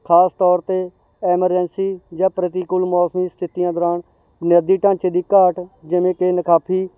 ਖਾਸ ਤੌਰ 'ਤੇ ਐਮਰਜੈਂਸੀ ਜਾਂ ਪ੍ਰਤੀਕੂਲ ਮੌਸਮੀ ਸਥਿਤੀਆਂ ਦੌਰਾਨ ਬੁਨਿਆਦੀ ਢਾਂਚੇ ਦੀ ਘਾਟ ਜਿਵੇਂ ਕਿ ਨਾਕਾਫੀ